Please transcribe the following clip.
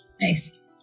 Nice